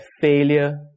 failure